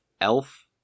elf